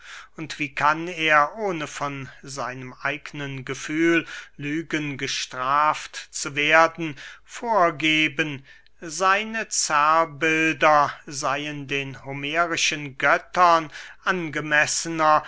und wie kann er ohne von seinem eigenen gefühl lügen gestraft zu werden vorgeben seine zerrbilder seyen den homerischen göttern angemessener